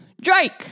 Drake